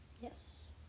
Yes